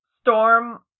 Storm